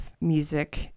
music